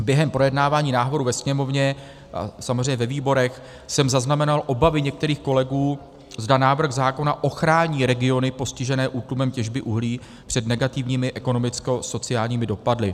Během projednávání návrhu ve Sněmovně a samozřejmě ve výborech jsem zaznamenal obavy některých kolegů, zda návrh zákona ochrání regiony postižené útlumem těžby uhlí před negativními ekonomickosociálními dopady.